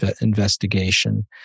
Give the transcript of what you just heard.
investigation